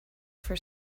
for